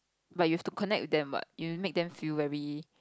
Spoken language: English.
but you have to connect with them what you make them feel very